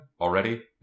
already